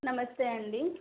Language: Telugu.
నమస్తే అండి